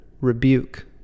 rebuke